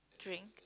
drink